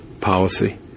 policy